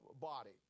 body